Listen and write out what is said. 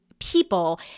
people